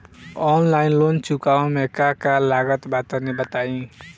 Online loan चुकावे म का का लागत बा तनि बताई?